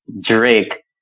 Drake